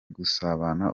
gusabana